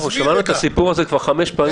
שמענו את הסיפור הזה כבר חמש פעמים,